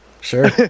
sure